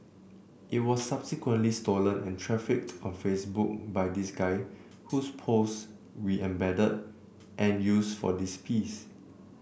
it was subsequently stolen and trafficked on Facebook by this guy whose posts we embedded and used for this piece